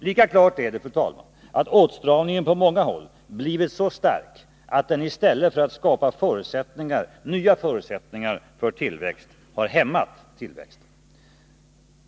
Lika klart är det, fru talman, att åtstramningen på många håll blivit så stark att den i stället för att skapa nya förutsättningar för tillväxt har hämmat tillväxten.